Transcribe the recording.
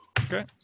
Okay